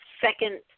second